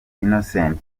innocent